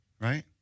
Right